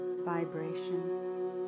vibration